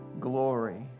glory